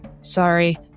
Sorry